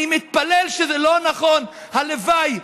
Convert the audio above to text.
אני מתפלל שזה לא נכון, הלוואי.